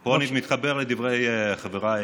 פה אני מתחבר לדברי חבריי,